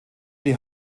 die